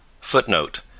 Footnote